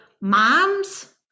moms